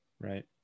Right